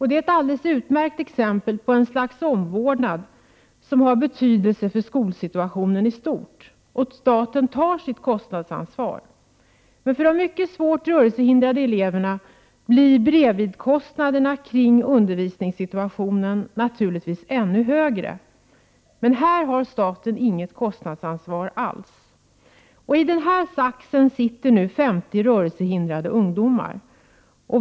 Det är ett alldeles utmärkt exempel på ett slags omvårdnad som har betydelse för skolsituationen i stort. Och staten tar sitt kostnadsansvar. För de mycket svårt rörelsehindrade eleverna blir bredvidkostnaderna kring undervisningssituationen naturligtvis ännu högre. Men här har staten inget kostnadsansvar alls. I denna sax sitter nu 50 rörelsehindrade ungdomar.